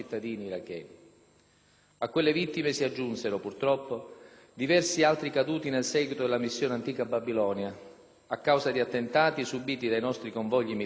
a causa di attentati subiti dai nostri convogli militari o per effetto di incidenti e scontri a fuoco. Quando il Parlamento deliberò, su proposta del Governo,